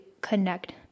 connect